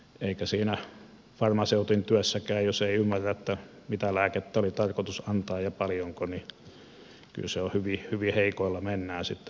ja jos farmaseutin työssäkään ei ymmärrä mitä lääkettä oli tarkoitus antaa ja paljonko niin kyllä hyvin heikoilla mennään sitten